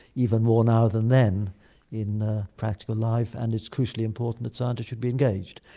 even more now than then in practical life and it's crucially important that scientists should be engaged,